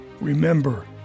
Remember